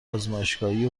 آزمایشگاهی